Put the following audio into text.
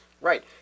Right